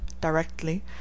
directly